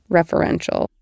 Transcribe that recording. referential